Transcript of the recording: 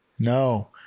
No